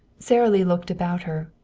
sara lee looked about her.